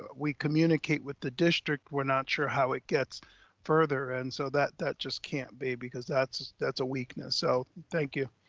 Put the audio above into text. we communicate with the district. we're not sure how it gets further. and so that that just can't be because that's that's a weakness. so thank you.